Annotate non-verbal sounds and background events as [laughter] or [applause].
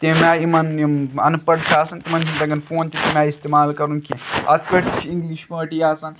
تَمہِ آیہِ [unintelligible] اَن پڑھ چھِ آسان تِمَن چھِنہٕ تَگان فون تہِ تَمہِ آیہِ اِستعمال کَرُن کیٚنٛہہ اَتھ پٮ۪ٹھ تہِ چھِ اِنٛگلِش پٲٹھی آسان